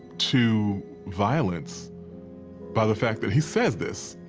to violence by the fact that he says this.